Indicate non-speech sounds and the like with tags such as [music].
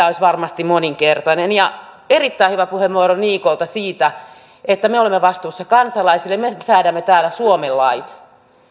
[unintelligible] olisi varmasti moninkertainen ja oli erittäin hyvä puheenvuoro niikolta siitä että me olemme vastuussa kansalaisille me säädämme täällä suomen lait